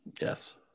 Yes